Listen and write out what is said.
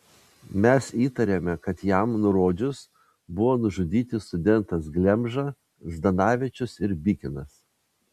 mes įtarėme kad jam nurodžius buvo nužudyti studentas glemža zdanavičius ir bikinas